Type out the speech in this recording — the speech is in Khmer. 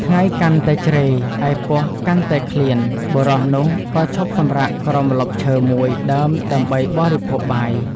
ថ្ងៃកាន់តែជ្រេ ឯពោះ កាន់តែឃ្លាន បុរសនោះក៏ឈប់សំរាកក្រោមម្លប់ឈើ មួយដើមដើម្បីបរិភោគបាយ ។